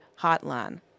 hotline